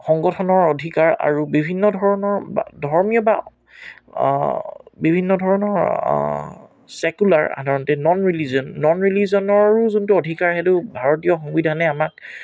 সংগঠনৰ অধিকাৰ আৰু বিভিন্ন ধৰণৰ ধৰ্মীয় বা বিভিন্ন ধৰণৰ ছেকুলাৰ সাধাৰণতে নন ৰিলিজন নন ৰিলিজনৰো যোনটো অধিকাৰ সেইটো ভাৰতীয় সংবিধানে আমাক